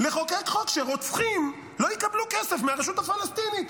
לחוקק חוק שרוצחים לא יקבלו כסף מהרשות הפלסטינית.